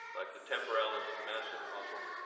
like the temporalis and masseter muscles.